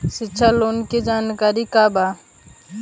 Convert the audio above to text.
शिक्षा लोन के जानकारी का बा?